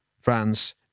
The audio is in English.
France